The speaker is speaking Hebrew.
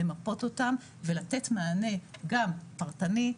למפות אותם ולתת מענה גם פרטני,